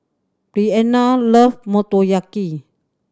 Breanna loves Motoyaki